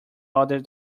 other